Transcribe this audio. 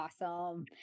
Awesome